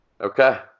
Okay